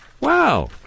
Wow